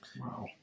Wow